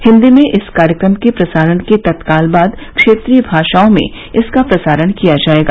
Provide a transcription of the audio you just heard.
हिंदी में इस कार्यक्रम के प्रसारण के तत्काल बाद क्षेत्रीय भाषाओं में इसका प्रसारण किया जाएगा